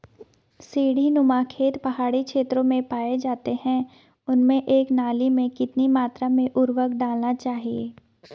सीड़ी नुमा खेत पहाड़ी क्षेत्रों में पाए जाते हैं उनमें एक नाली में कितनी मात्रा में उर्वरक डालना चाहिए?